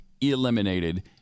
eliminated